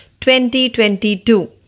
2022